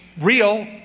real